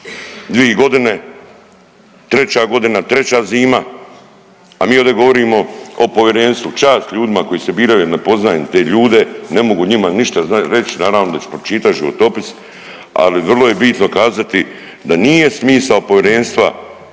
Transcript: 2 godine, treća godina, treća zima. A mi ovdje govorimo o povjerenstvu. Čast ljudima koji se biraju, ne poznajem te ljude, ne mogu o njima ništa reći. Naravno da ću pročitati životopis, ali vrlo je bitno kazati da nije smisao povjerenstva da